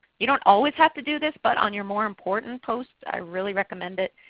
you don't always have to do this but on your more important posts, i really recommend it.